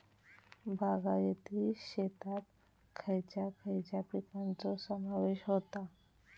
बागायती शेतात खयच्या खयच्या पिकांचो समावेश होता?